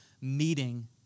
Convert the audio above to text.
meeting